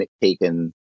taken